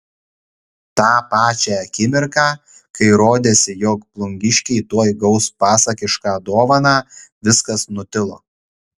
tą pačią akimirką kai rodėsi jog plungiškiai tuoj gaus pasakišką dovaną viskas nutilo